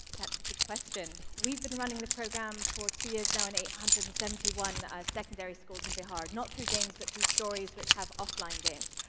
that's a good question. we've been running the program for two years now in eight hundred and seventy one secondary schools in bihar not through games, but through stories which have offline games.